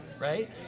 Right